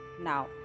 now